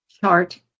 chart